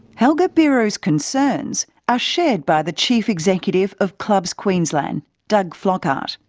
helga biro's concerns are shared by the chief executive of clubs queensland doug flockhart.